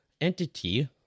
entity